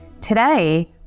Today